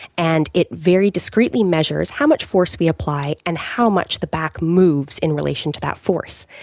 and it very discreetly measures how much force we apply and how much the back moves in relation to that force.